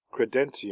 credentium